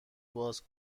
باز